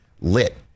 lit